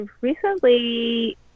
recently